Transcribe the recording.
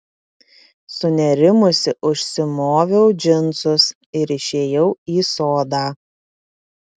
sunerimusi užsimoviau džinsus ir išėjau į sodą